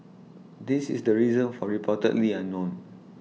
this is the reason for reportedly unknown